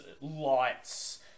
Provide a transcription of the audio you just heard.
lights